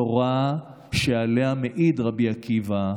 תורה שעליה מעיד רבי עקיבא: